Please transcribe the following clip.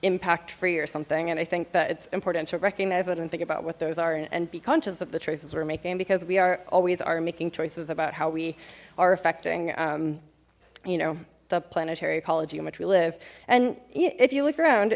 impact free or something and i think that it's important to recognize it and think about what those are and be conscious of the choices were making because we are always are making choices about how we are affecting you know the planetary ecology in which we live and if you look around